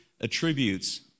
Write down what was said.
attributes